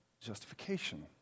justification